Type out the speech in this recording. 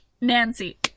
Nancy